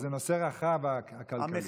זה נושא רחב, הכלכלי.